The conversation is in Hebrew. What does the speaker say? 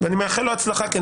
ואני מאחל לו בהצלחה כי,